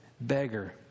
beggar